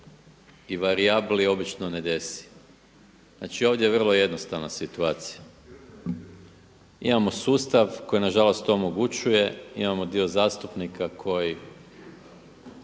i varijabli obično ne desi. Znači ovdje je vrlo jednostavna situacija. Imamo sustav koji na žalost to omogućuje, imamo dio zastupnika koji